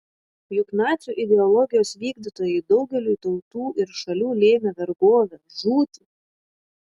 juk nacių ideologijos vykdytojai daugeliui tautų ir šalių lėmė vergovę žūtį